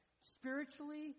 spiritually